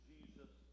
Jesus